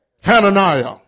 Hananiah